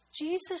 Jesus